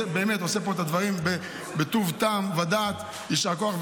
באמת עושה פה את הדברים בטוב טעם ודעת, יישר כוח.